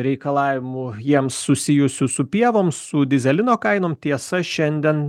reikalavimų jiems susijusių su pievom su dyzelino kainom tiesa šiandien